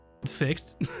Fixed